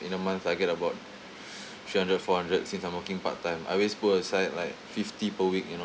in a month I get about three hundred four hundred since I'm working part time I always put aside like fifty per week you know